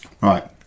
Right